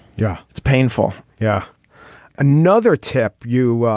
yeah it's painful. yeah another tip you.